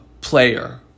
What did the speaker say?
player